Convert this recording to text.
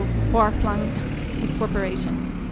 far-flung corporations.